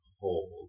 hold